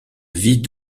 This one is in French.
vit